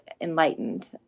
enlightened